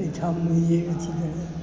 ओहिठाम जाए एथी करै